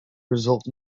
result